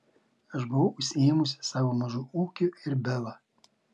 aš buvau užsiėmusi savo mažu ūkiu ir bela